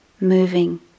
moving